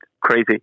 crazy